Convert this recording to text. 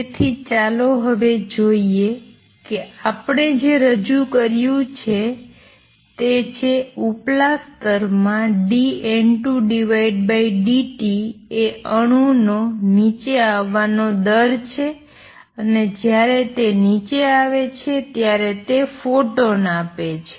તેથી ચાલો હવે જોઈએ કે આપણે જે રજૂ કર્યું છે તે છે ઉપલા સ્તર માં dN2 dt એ અણુનો નીચે આવવાનો દર છે અને જ્યારે તે નીચે આવે છે ત્યારે તે ફોટોન આપે છે